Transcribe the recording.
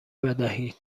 بدهید